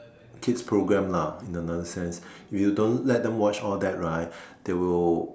kids program lah in another sense if you don't let them watch all that right they will